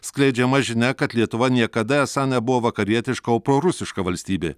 skleidžiama žinia kad lietuva niekada esą nebuvo vakarietiška o prorusiška valstybė